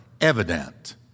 evident